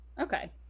Okay